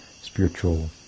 spiritual